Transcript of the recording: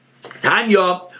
Tanya